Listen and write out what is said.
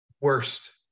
worst